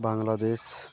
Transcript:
Bangladesh